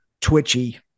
twitchy